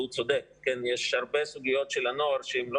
והוא צודק יש הרבה סוגיות של הנוער שלא